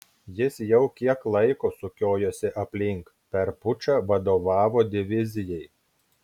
jis jau kiek laiko sukiojosi aplink per pučą vadovavo divizijai